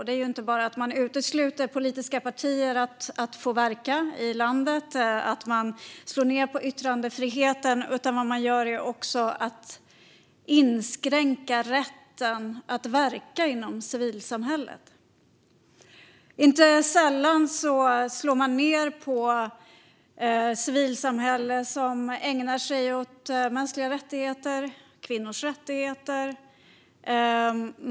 Det handlar inte bara om att man utesluter politiska partier från att verka i landet och att man slår ned på yttrandefriheten, utan vad man gör är också att inskränka rätten att verka inom civilsamhället. Inte sällan slår man ned på civilsamhällesorganisationer som ägnar sig åt mänskliga rättigheter och kvinnors rättigheter.